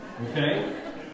Okay